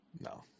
No